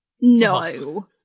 no